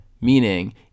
meaning